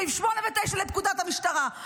סעיף 8 ו-9 לפקודת המשטרה.